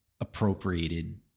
appropriated